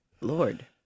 Lord